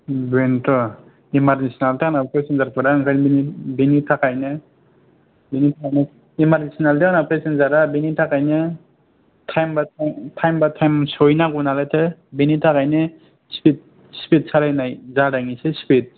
बेनोथ' इमारजेनसि नालायथो आंनाबो प्रेसेन्जारफोरा ओंखायनो बिनि थाखायनो बिनिखायनो इमारजेनसि नालायथो आंना प्रेसेन्जारा बिनि थाखायनो time by time time by time सहैनांगौ नालायथो बेनि थाखायनो स्पिद सालायनाय जादों एसे स्पिद